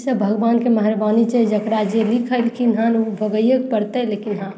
इसभ भगवानके मेहरबानी छै जकरा जे लिखलखिन हन ओ भोगैएके पड़तै लेकिन हँ